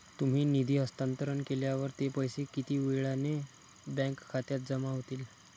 तुम्ही निधी हस्तांतरण केल्यावर ते पैसे किती वेळाने बँक खात्यात जमा होतील?